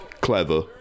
clever